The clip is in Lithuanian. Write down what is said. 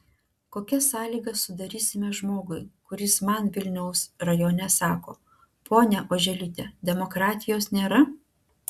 kokias sąlygas sudarysime žmogui kuris man vilniaus rajone sako ponia oželyte demokratijos nėra